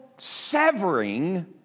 Severing